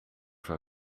zou